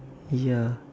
ya